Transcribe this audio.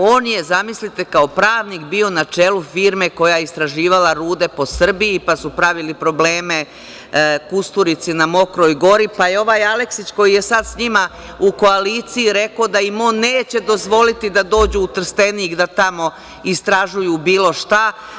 On je, zamislite, kao pravnik bio na čelu firme koja je istraživala rude po Srbiji, pa su pravili probleme Kusturici na Mokroj Gori, pa je ovaj Aleksić koji je sada sa njima u koaliciji je rekao da im on neće dozvoliti da dođu u Trstenik da tamo istražuju bilo šta.